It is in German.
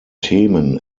themen